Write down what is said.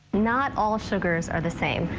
not all sugars are the same.